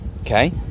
okay